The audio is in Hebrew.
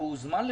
הוא הוזמן לפה?